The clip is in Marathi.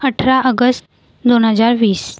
अठरा अगस्त दोन हजार वीस